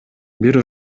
бир